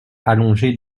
allongés